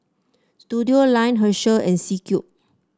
Studioline Herschel and C Cube